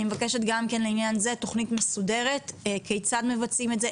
מבקשת גם לעניין זה תוכנית מסודרת של כיצד מבצעים את זה,